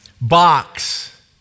box